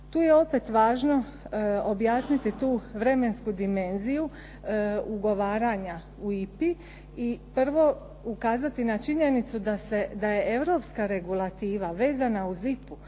Tu je opet važno objasniti tu vremensku dimenziju ugovaranja u IPA-i i prvo ukazati na činjenicu da je europska regulativa vezana uz IPA-u